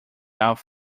out